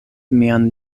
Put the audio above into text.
mian